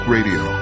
Radio